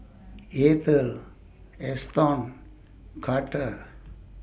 Eathel Eston Carter